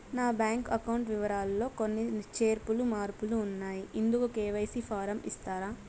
నా bank account వివరాలు లో కొన్ని చేర్పులు మార్పులు ఉన్నాయి, ఇందుకు కె.వై.సి ఫారం ఇస్తారా?